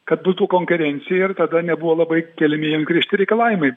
kad būtų konkerencija ir tada nebuvo labai keliami jiems griežti reikalavimai